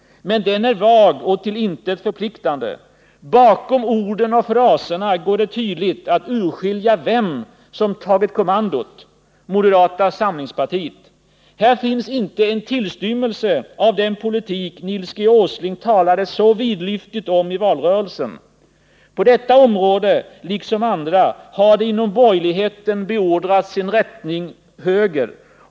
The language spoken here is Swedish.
Men den är vag och till intet förpliktande. Bakom orden och fraserna går det tydligt att urskilja vem som tagit kommandot: moderata samlingspartiet. Här finns inte en tillstymmelse till den politik Nils G. Åsling talade så vidlyftigt om i valrörelsen. På detta område, liksom på andra, har det inom borgerligheten beordrats en ”rättning höger”.